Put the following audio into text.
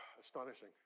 Astonishing